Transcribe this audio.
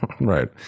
Right